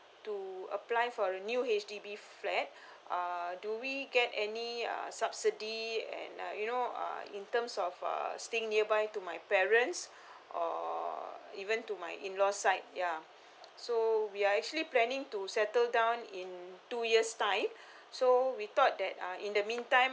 to apply for a new H_D_B flat uh do we get any uh subsidy and uh you know uh in terms of uh staying nearby to my parents or even to my in laws side ya so we are actually planning to settle down in two years time so we thought that uh in the mean time